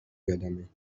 یادمه